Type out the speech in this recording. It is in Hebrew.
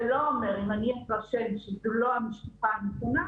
זה לא אומר שאם אני אתרשם שזו לא המשפחה הנכונה,